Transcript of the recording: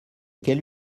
quelle